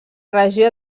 regió